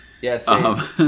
Yes